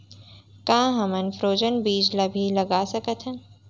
का हमन फ्रोजेन बीज ला भी लगा सकथन?